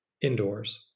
indoors